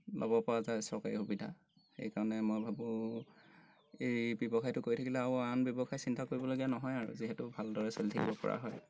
ল'বপৰা যায় চৰকাৰী সুবিধা এইকাৰণে মই ভাবোঁ এই ব্যৱসায়টো কৰি থাকিলে আৰু আন ব্যৱসায় চিন্তা কৰিবলগীয়া নহয় আৰু যিহেতু ভালদৰে চলি থাকিবপৰা হয়